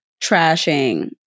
trashing